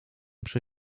przy